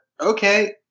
Okay